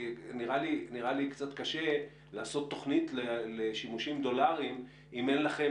נראה לי שקצת קשה לעשות תוכנית לשימושים דולריים אם אין לכם